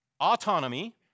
autonomy